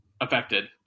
affected